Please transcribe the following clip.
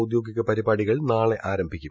ഔദ്യോഗിക പരിപാടികൾ നാളെ ആരംഭിക്കും